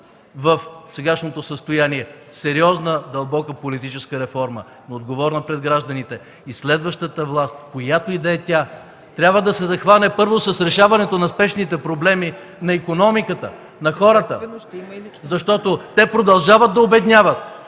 за сегашното състояние, сериозна, дълбока политическа реформа, отговорна пред гражданите. (Реплики от ГЕРБ.) Следващата власт, която и да е тя, трябва да се захване, първо, с решаването на спешните проблеми на икономиката, на хората, защото те продължават да обедняват